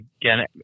Again